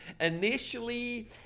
initially